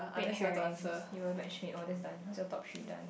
you were matchmade oh that's done what's your top three done